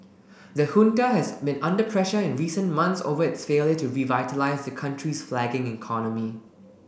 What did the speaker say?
the Junta has been under pressure in recent months over its failure to revitalise the country's flagging economy